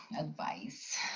Advice